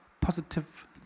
positive